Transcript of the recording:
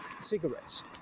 cigarettes